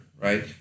right